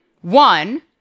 one